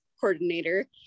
coordinator